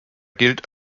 gilt